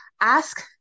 ask